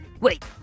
Wait